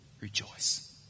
rejoice